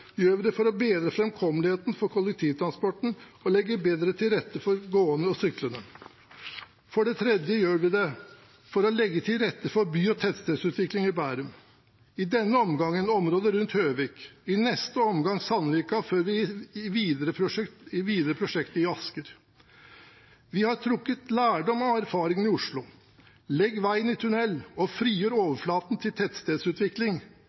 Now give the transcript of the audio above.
gjør vi det for å bedre framkommeligheten for kollektivtransporten og legge bedre til rette for gående og syklende. For det tredje gjør vi det for å legge til rette for by- og tettstedsutvikling i Bærum – i denne omgangen området rundt Høvik, i neste omgang Sandvika, før vi viderefører prosjektet i Asker. Vi har trukket lærdom av erfaringene i Oslo: legg veien i tunnel og frigjør overflaten til tettstedsutvikling.